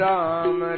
Ram